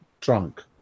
drunk